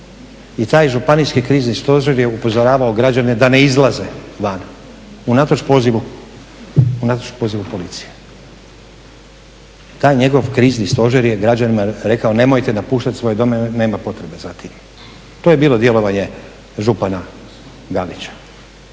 i taj županijski krizni stožer je upozoravao građane da ne izlaze van unatoč pozivu policije. Taj njegov krizni stožer je građanima rekao nemojte napuštati svoje domove nam potrebe za tim. To je bilo djelovanje župana Galića.